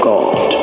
God